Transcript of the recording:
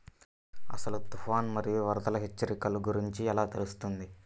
అసలు తుఫాను మరియు వరదల హెచ్చరికల గురించి ఎలా తెలుస్తుంది?